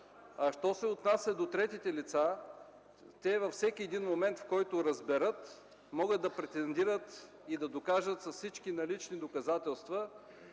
Що се отнася до третите лица, те във всеки момент, в който разберат, могат да претендират и да докажат с всички налични доказателства,